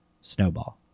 snowball